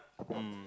um